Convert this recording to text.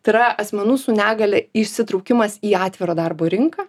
tai yra asmenų su negalia įsitraukimas į atvirą darbo rinką